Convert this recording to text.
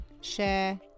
share